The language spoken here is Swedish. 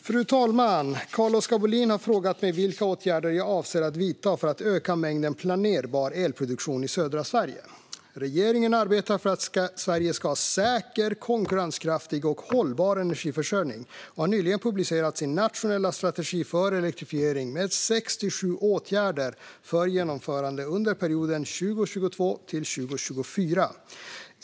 Fru talman! Carl-Oskar Bohlin har frågat mig vilka åtgärder jag avser att vidta för att öka mängden planerbar elproduktion i södra Sverige. Regeringen arbetar för att Sverige ska ha en säker, konkurrenskraftig och hållbar energiförsörjning och har nyligen publicerat sin nationella strategi för elektrifiering med 67 åtgärder för genomförande under perioden 2022-2024.